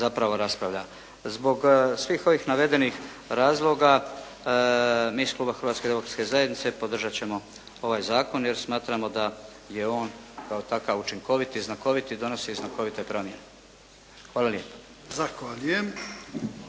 zapravo raspravlja. Zbog svih ovih navedenih razloga mi iz Kluba Hrvatske demokratske zajednice podržat ćemo ovaj zakon jer smatramo da je on kao takav učinkovit i znakovit i donosi i znakovite promjene. Hvala lijepa.